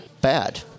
bad